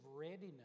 readiness